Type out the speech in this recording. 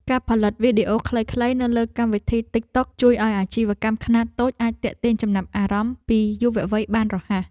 ការផលិតវីដេអូខ្លីៗនៅលើកម្មវិធីទិកតុកជួយឱ្យអាជីវកម្មខ្នាតតូចអាចទាក់ទាញចំណាប់អារម្មណ៍ពីយុវវ័យបានរហ័ស។